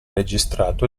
registrato